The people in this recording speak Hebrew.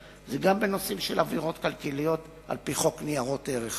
זה גם בנושאים של עבירות כלכליות על-פי חוק ניירות ערך.